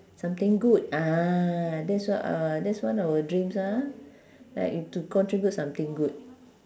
something good ah that's on~ uh that's one of a dreams ah like to contribute something good